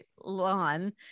lawn